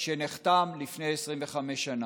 שנחתם לפני 25 שנה?